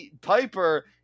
Piper